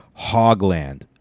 Hogland